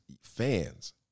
fans